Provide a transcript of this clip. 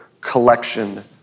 collection